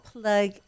Plug